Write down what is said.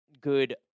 good